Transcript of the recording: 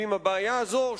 ועם הבעיה הזאת,